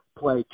play